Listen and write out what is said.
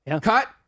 Cut